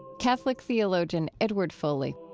catholic theologian edward foley.